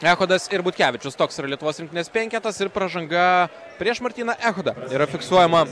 echodas ir butkevičius toks yra lietuvos rinktinės penketas ir pražanga prieš martyną echodą yra fiksuojama